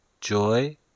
joy